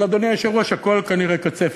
אבל, אדוני היושב-ראש, הכול כנראה קצפת.